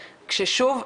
כששוב,